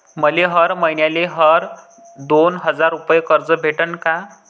मले हर मईन्याले हर दोन हजार रुपये कर्ज भेटन का?